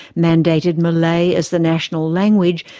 mandated malay as the national language,